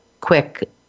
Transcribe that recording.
quick